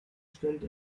stellt